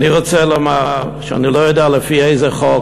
אני רוצה לומר שאני לא יודע לפי איזה חוק,